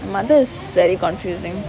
but that is very confusing